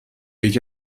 یکی